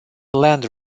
land